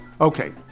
Okay